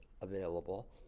available